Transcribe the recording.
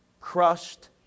crushed